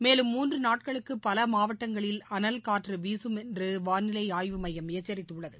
மேலும மூன்றுநாட்களுக்குபலமாவட்டங்களில் அனல் காற்றுவீசும் என்றுவானிலைஆய்வு மையம் எச்சரித்துள்ளது